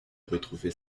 retrouver